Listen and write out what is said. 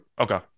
Okay